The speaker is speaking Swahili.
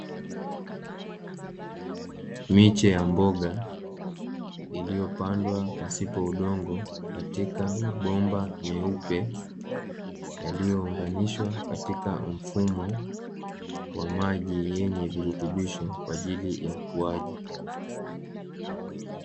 Miche ya mboga iliyopandwa pasipo udongo, katika mabomba meupe yaliyounganishwa katika mfumo wa maji yenye virutubisho kwa ajili ya ukuaji.